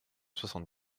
soixante